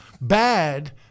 bad